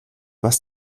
was